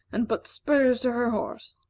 and put spurs to her horse.